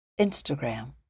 Instagram